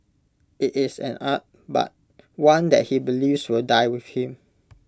IT is an art but one that he believes will die with him